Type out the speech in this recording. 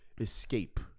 escape